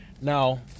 Now